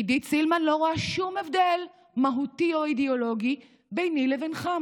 עידית סילמן לא רואה שום הבדל מהותי או אידיאולוגי ביני לבינך,